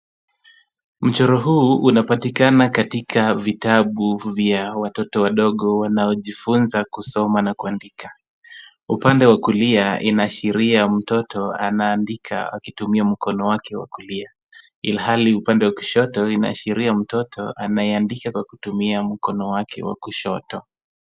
Mchoro huu unapatikana katika vitabu vya watoto wadogo wanaojifunza kusoma na kuandika. Upande wa kulia inaashiria mtoto anaandika akitumia mkono wake wa kulia, ilhali upande wa kushoto inaashiria mtoto anayeandika kwa kutumia mkono wake wa kushoto.